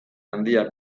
handia